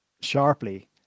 sharply